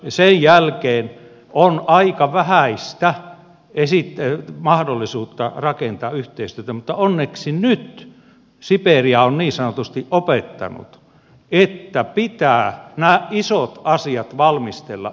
sen jälkeen on aika vähäistä mahdollisuutta rakentaa yhteistyötä mutta onneksi nyt siperia on niin sanotusti opettanut että pitää nämä isot asiat valmistella yhteistyössä